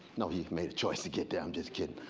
no, he made a choice to get there, i'm just kidding.